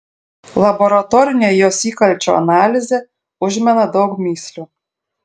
laboratorinė jos įkalčių analizė užmena daug mįslių